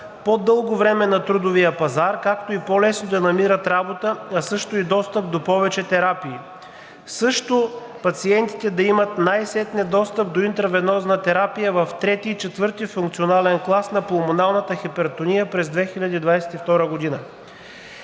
по-дълго време на трудовия пазар, както и по-лесно да намират работа, а също и достъп до повече терапии. Пациентите също най-сетне да имат достъп до интервенозна терапия в трети и четвърти функционален клас на пулмоналната хипертония през 2022 г.